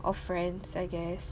or friends I guess